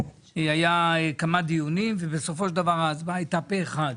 היה כמה דיונים ובסופו של דבר ההצבעה הייתה פה אחד,